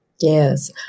Yes